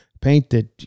painted